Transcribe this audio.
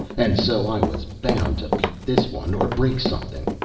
and so i was bound to beat this one or break something.